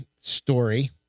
story